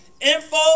info